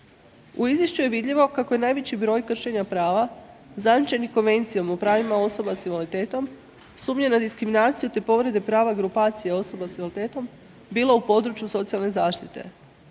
U izvješću je vidljivo kako je najveći broj kršenja prava zajamčenih Konvencijom o pravima osoba s invaliditetom, sumnje na diskriminaciju te povrede prava grupacije osoba s invaliditetom bilo u području socijalne zaštite.